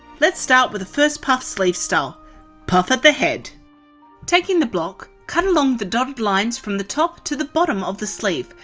lets start with the first puff sleeve style puff at the head taking the block, cut along the dotted lines from the top to the bottom of the sleeve,